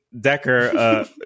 Decker